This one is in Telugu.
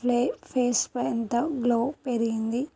ఫ్లె ఫేస్ పై అంతా గ్లో పెరిగింది